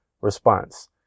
response